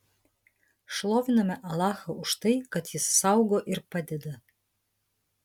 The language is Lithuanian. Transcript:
šloviname alachą už tai kad jis saugo ir padeda